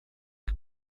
que